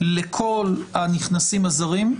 לכל הנכנסים הזרים,